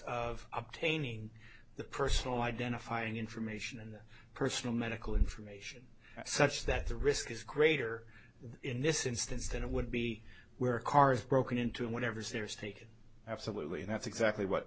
of obtaining the personal identifying information and personal medical information such that the risk is greater in this instance than it would be where cars broken into whatever series take it absolutely and that's exactly what